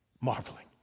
marveling